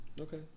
Okay